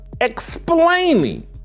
explaining